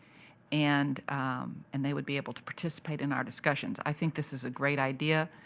and and they would be able to participate in our discussions. i think this is a great idea,